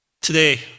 Today